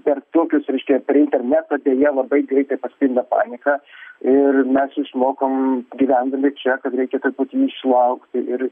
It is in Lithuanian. per tokius reiškia per internetą deja labai greitai pasklinda panika ir mes išmokom gyvendami čia kad reikia truputį išlaukti ir